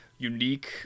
unique